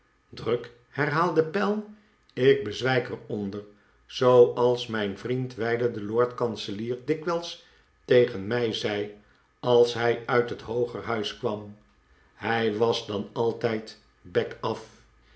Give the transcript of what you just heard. druk herhaalde pell ik bezwijk er onder zooals mijn vriend wijlen de lordkanselier dikwijls tegen mij zei als hij uit het hoogerhuis kwam hij was dan altijd bek af